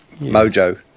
Mojo